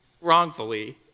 wrongfully